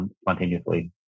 spontaneously